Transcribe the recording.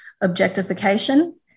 objectification